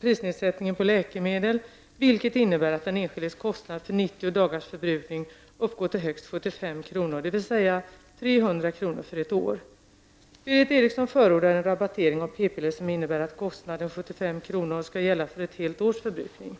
prisnedsättningen på läkemedel, vilket innebär att den enskildes kostnad för 90 dagars förbrukning uppgår till högst 75 kr., dvs. 300 kr. för ett år. Berith Eriksson förordar en rabattering av ppiller som innebär att kostnaden 75 kr. skall gälla för ett helt års förbrukning.